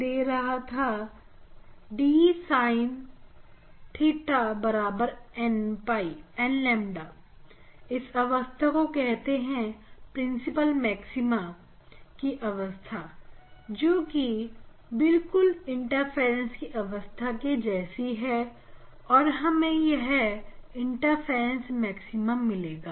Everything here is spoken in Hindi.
यह दे रहा है डी साइन थीटा बराबर n ƛ इस अवस्था को कहते हैं प्रिंसिपल मैक्सिमा की अवस्था जो कि बिल्कुल इंटरफेरेंस की अवस्था के जैसी है और हमें यहां इंटरफेरेंस मैक्सिमम मिलेगा